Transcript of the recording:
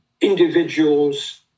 individuals